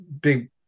big